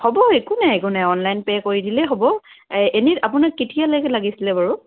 হ'ব একো নাই একো নাই অনলাইন পে' কৰি দিলেই হ'ব এনেই আপোনাক কেতিয়ালৈকে লাগিছিলে বাৰু